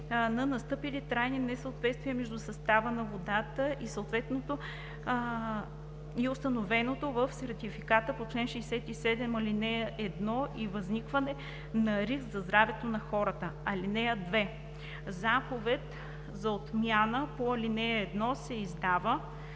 на настъпили трайни несъответствия между състава на водата и установеното в сертификата по чл. 67, ал. 1 и възникване на риск за здравето на хората. (2) Заповед за отмяна по ал. 1 се издава,